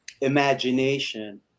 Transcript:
imagination